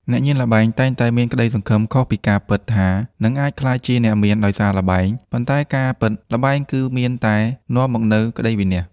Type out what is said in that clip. អ្នកញៀនល្បែងតែងតែមានក្តីសង្ឃឹមខុសពីការពិតថា នឹងអាចក្លាយជាអ្នកមានដោយសារល្បែង ប៉ុន្តែការពិតល្បែងគឺមានតែនាំមកនូវក្តីវិនាស។